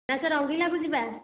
ନା ସେ ରଙ୍ଗିଲାକୁ ଯିବା